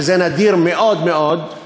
וזה נדיר מאוד מאוד,